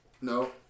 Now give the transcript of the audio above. No